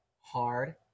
hard